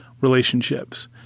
relationships